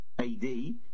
AD